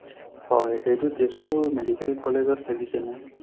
হয় এইটো তেজপুৰ মেডিকেল কলেজত লাগিছেনে